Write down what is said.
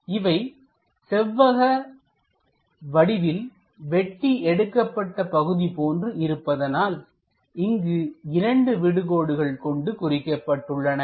இவை செவ்வக வடிவில் வெட்டி எடுக்கப்பட்ட பகுதி போன்று இருப்பதனால் இங்கு இரண்டு விடு கோடுகள் கொண்டு குறிக்கப்பட்டுள்ளன